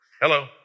Hello